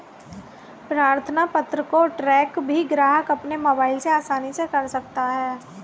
प्रार्थना पत्र को ट्रैक भी ग्राहक अपने मोबाइल से आसानी से कर सकता है